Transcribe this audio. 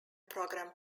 program